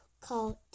called